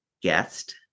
guest